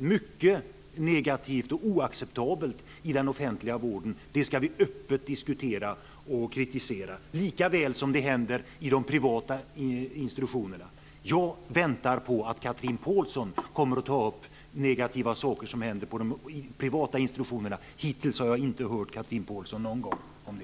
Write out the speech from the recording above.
mycket negativt och oacceptabelt i den offentliga vården - det ska vi öppet diskutera och kritisera - likaväl som det händer i de privata institutionerna. Jag väntar på att Chatrine Pålsson ska ta upp de negativa saker som händer i de privata institutionerna. Hittills har jag inte någon gång hört Chatrine Pålsson säga något om det.